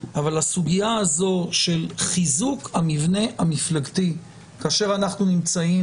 אבל הסוגיה של חיזוק המבנה המפלגתי כאשר אנחנו נמצאים